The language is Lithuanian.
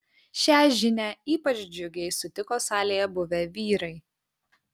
šią žinią ypač džiugiai sutiko salėje buvę vyrai